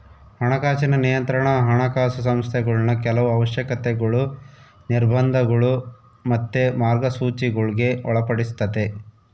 ಹಣಕಾಸಿನ ನಿಯಂತ್ರಣಾ ಹಣಕಾಸು ಸಂಸ್ಥೆಗುಳ್ನ ಕೆಲವು ಅವಶ್ಯಕತೆಗುಳು, ನಿರ್ಬಂಧಗುಳು ಮತ್ತೆ ಮಾರ್ಗಸೂಚಿಗುಳ್ಗೆ ಒಳಪಡಿಸ್ತತೆ